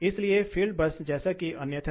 हम वापस आते हैं